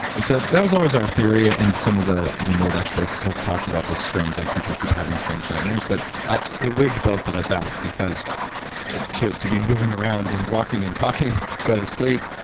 so, that was always our theory, and some of the the mold experts have talked about this strange. like people keep having strange nightmares. but it wigged both of us out because to to be moving around and walking and talking, but asleep,